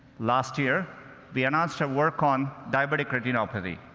last year we announced our work on diabetic retinopathy.